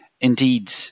Indeed